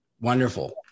Wonderful